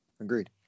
agreed